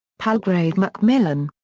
palgrave macmillan.